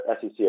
SEC